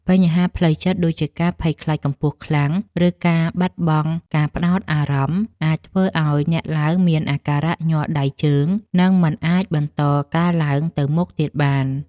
បញ្ហាផ្លូវចិត្តដូចជាការភ័យខ្លាចកម្ពស់ខ្លាំង ឬការបាត់បង់ការផ្ដោតអារម្មណ៍ អាចធ្វើឱ្យអ្នកឡើងមានអាការៈញ័រដៃជើង និងមិនអាចបន្តការឡើងទៅមុខទៀតបាន។